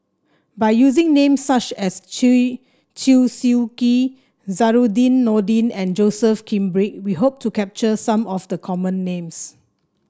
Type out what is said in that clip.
by using names such as Chew Chew Swee Kee Zainudin Nordin and Joseph Grimberg we hope to capture some of the common names